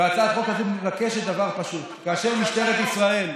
והצעת החוק הזאת מבקשת דבר פשוט: כאשר משטרת ישראל,